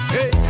Hey